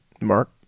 Mark